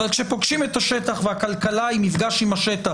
אבל כשפוגשים את השטח וכלכלה היא מפגש עם השטח,